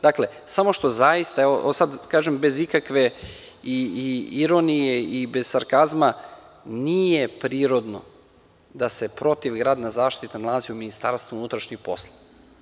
Dakle, samo što zaista, sada kažem bez ikakve ironije i bez sarkazma, nije prirodno da se protivgradna zaštita nalazi u Ministarstvu unutrašnjih poslova.